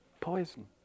poison